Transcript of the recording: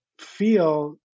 feel